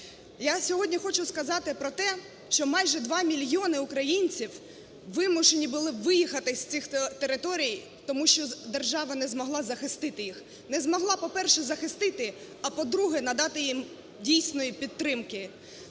Я сьогодні хочу сказати про те, що майже 2 мільйони українців вимушені були виїхати з цих територій, тому що держава не змогла захистити їх. Не змогла, по-перше, захистити, а, по-друге, надати їм дійсної підтримки: